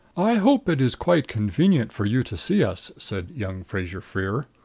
i hope it is quite convenient for you to see us, said young fraser-freer.